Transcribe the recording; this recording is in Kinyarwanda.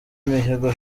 mihigo